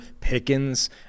pickens